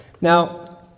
Now